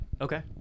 Okay